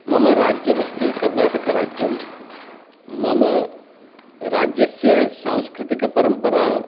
मम राज्यमस्ति कर्नाटकराज्यं मम राज्यस्य सांस्कृतिकपरम्परा